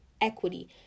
equity